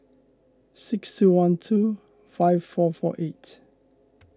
six two one two five four four eight